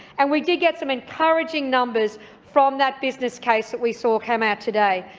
and we did get some encouraging numbers from that business case that we saw come out today.